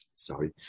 Sorry